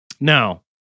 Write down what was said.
Now